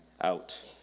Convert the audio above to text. out